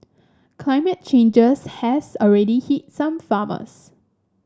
climate changes has already hit some farmers